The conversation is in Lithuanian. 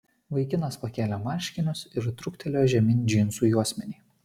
vaikinas pakėlė marškinius ir truktelėjo žemyn džinsų juosmenį